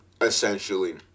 essentially